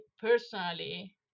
personally